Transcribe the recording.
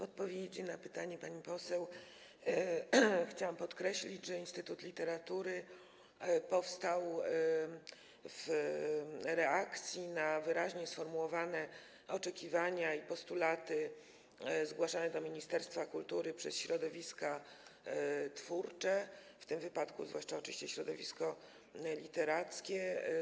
Odpowiadając na pytanie pani poseł, chciałam podkreślić, że Instytut Literatury powstał w reakcji na wyraźnie sformułowane oczekiwania i postulaty zgłaszane do ministerstwa kultury przez środowiska twórcze, w tym wypadku zwłaszcza oczywiście przez środowisko literackie.